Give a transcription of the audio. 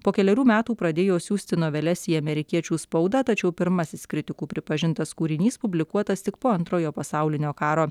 po kelerių metų pradėjo siųsti noveles į amerikiečių spaudą tačiau pirmasis kritikų pripažintas kūrinys publikuotas tik po antrojo pasaulinio karo